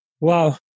Wow